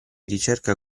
ricerca